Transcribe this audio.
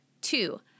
two